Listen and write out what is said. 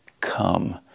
come